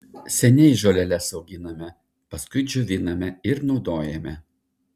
seniai žoleles auginame paskui džioviname ir naudojame